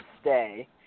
stay